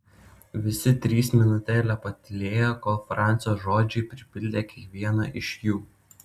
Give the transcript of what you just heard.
visi trys minutėlę patylėjo kol francio žodžiai pripildė kiekvieną iš jų